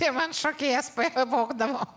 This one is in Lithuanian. tai man šokėjas pavogdavo